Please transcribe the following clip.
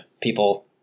people